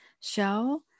show